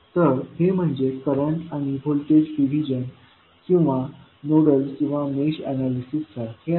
तर हे म्हणजे करंट किंवा व्होल्टेज डिव्हिजन किंवा नोडल किंवा मेश एनालिसिस सारखे आहे